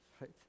right